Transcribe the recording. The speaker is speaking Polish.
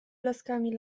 blaskami